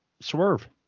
Swerve